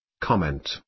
Comment